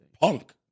Punk